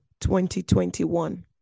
2021